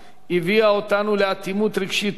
הביאה אותנו לאטימות רגשית טוטלית,